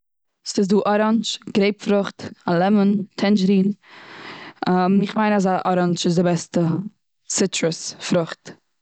ס'איז דא אראנדזש, גרעיפ פרוכט, א לעמען, טענדזשארין. איך מיין אז א אראנדזש איז די בעסטע סיטרוס פרוכט.